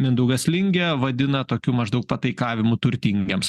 mindaugas lingė vadina tokiu maždaug pataikavimu turtingiems